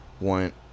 want